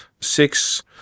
six